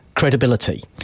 credibility